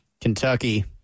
Kentucky